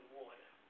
water